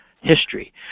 History